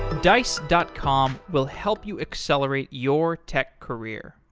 dice dot com will help you accelerate your tech career.